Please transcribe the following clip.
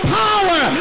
power